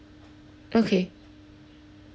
okay